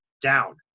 down